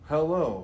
Hello